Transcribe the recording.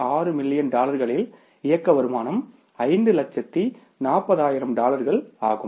6 million டாலர்களில் இயக்க வருமானம் 540000 டாலர்கள் ஆகும்